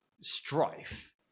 strife